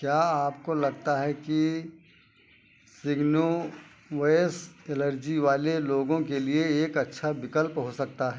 क्या आपको लगता है कि सिगनोवेस एलर्जी वाले लोगों के लिए एक अच्छा विकल्प हो सकता है